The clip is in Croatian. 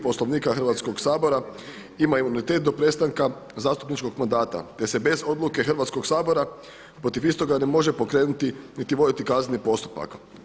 Poslovnika Hrvatskog sabora ima imunitet do prestanka zastupničkog mandata, te se bez odluke Hrvatskog sabora protiv istoga ne može pokrenuti niti voditi kazneni postupak.